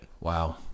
Wow